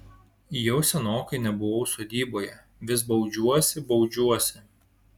jau senokai nebuvau sodyboje vis baudžiuosi baudžiuosi